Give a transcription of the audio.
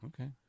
Okay